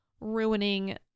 ruining